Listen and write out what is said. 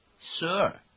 Sure